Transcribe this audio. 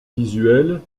visuel